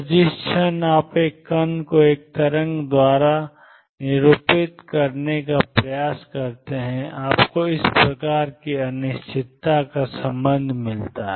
तो जिस क्षण आप एक कण को एक तरंग द्वारा निरूपित करने का प्रयास करते हैं आपको इस प्रकार की अनिश्चितता का संबंध मिलता है